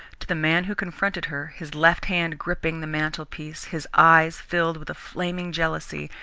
to the man who confronted her, his left hand gripping the mantelpiece, his eyes filled with a flaming jealousy,